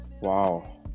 Wow